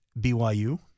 BYU